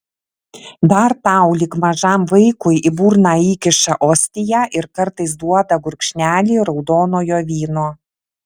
dar tau lyg mažam vaikui į burną įkiša ostiją ir kartais duoda gurkšnelį raudonojo vyno